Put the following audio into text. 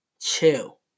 chill